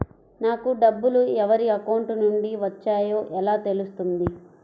నాకు డబ్బులు ఎవరి అకౌంట్ నుండి వచ్చాయో ఎలా తెలుస్తుంది?